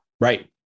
Right